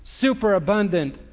superabundant